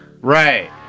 Right